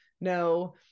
no